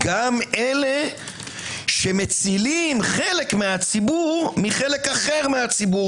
גם אלה שמצילים חלק מהציבור מחלק אחר מהציבור,